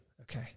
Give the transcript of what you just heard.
okay